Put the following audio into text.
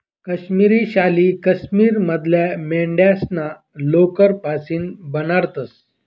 काश्मिरी शाली काश्मीर मधल्या मेंढ्यास्ना लोकर पाशीन बनाडतंस